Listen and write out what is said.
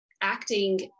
acting